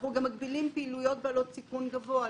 אנחנו גם מגבילים פעילויות בעלות סיכון גבוה.